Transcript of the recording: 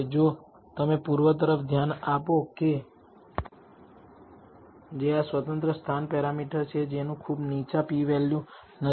જો તમે પૂર્વ તરફ ધ્યાન આપો કે જે આ સ્વતંત્ર સ્થાન પેરામીટર છે જેનું ખૂબ નીચા p વેલ્યુ નથી